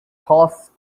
costs